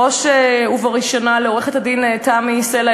בראש ובראשונה לעורכת-הדין תמי סלע,